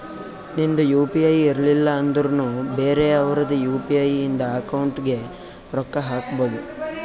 ನಿಂದ್ U P I ಇರ್ಲಿಲ್ಲ ಅಂದುರ್ನು ಬೇರೆ ಅವ್ರದ್ ಯು.ಪಿ.ಐ ಇಂದ ಅಕೌಂಟ್ಗ್ ರೊಕ್ಕಾ ಹಾಕ್ಬೋದು